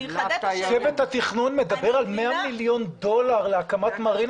צוות התכנון מדבר על 100 מיליון דולר להקמת מרינה.